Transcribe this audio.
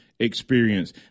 Experience